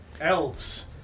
Elves